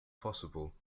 possible